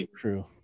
true